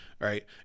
right